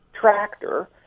tractor